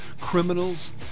criminals